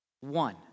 One